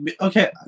okay